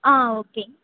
ஆ okay